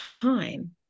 time